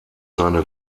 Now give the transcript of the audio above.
seine